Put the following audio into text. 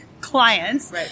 clients